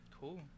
Cool